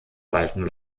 walten